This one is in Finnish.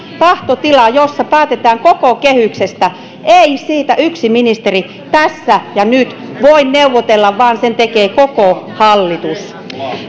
tahtotila jossa päätetään koko kehyksestä ei siitä yksi ministeri tässä ja nyt voi neuvotella vaan sen tekee koko hallitus